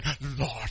Lord